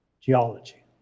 geology